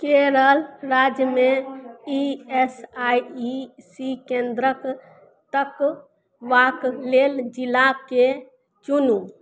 केरल राज्य मे E S I इ सी केंद्रक तकबाक लेल जिलाके चुनू